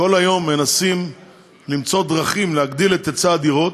כל היום מנסים למצוא דרכים להגדיל את היצע הדירות,